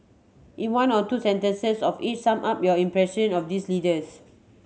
in one or two sentences of each sum up your impression of these leaders